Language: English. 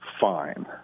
fine